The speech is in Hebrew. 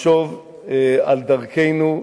נחשוב על דרכנו,